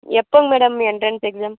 எப்போங்க madam entrance exam